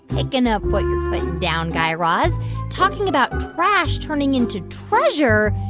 picking up what you're putting down, guy raz talking about trash turning into treasure,